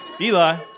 Eli